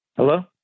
Hello